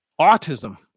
autism